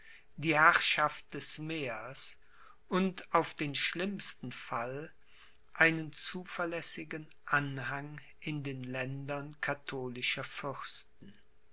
die herrschaft des meers und auf den schlimmsten fall einen zuverlässigen anhang in den ländern katholischer fürsten